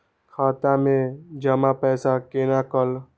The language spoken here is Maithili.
खाता मैं जमा पैसा कोना कल